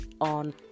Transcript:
on